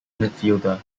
midfielder